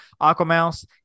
Aquamouse